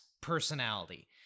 personality